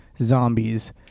zombies